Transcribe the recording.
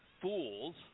fools